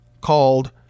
called